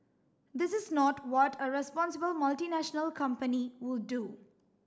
this is not what a responsible multinational company would do